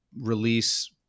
release